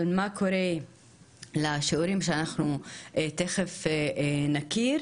אבל מה קורה לשיעורים שאנחנו תכף נכיר,